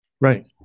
Right